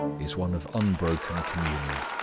is one of unbroken communion.